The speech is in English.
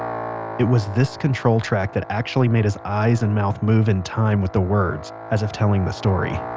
it was this control track that actually made his eyes and mouth move in time with the words, as if telling the story